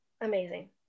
amazing